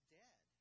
dead